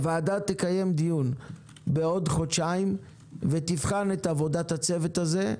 הוועדה תקיים דיון בעוד חודשיים ותבחן את עבודת הצוות הזה.